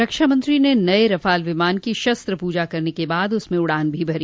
रक्षामंत्री ने नये रफाल विमान की शस्त्र पूजा करने के बाद उसमें उड़ान भी भरी